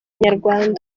inyarwanda